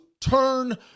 turn